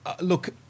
Look